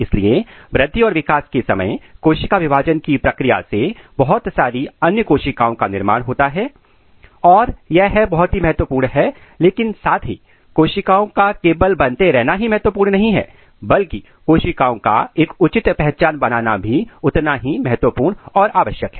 इसलिए वृद्धि और विकास के समय कोशिका विभाजन की प्रक्रिया से बहुत सारी अन्य कोशिकाओं का निर्माण होता है और यह है बहुत ही महत्वपूर्ण है लेकिन साथ ही कोशिकाओं का केवल बनते रहना ही महत्वपूर्ण नहीं है बल्कि कोशिकाओं का एक उचित पहचान बनाना भी उतना ही महत्वपूर्ण और आवश्यक है